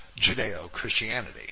Judeo-Christianity